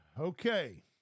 Okay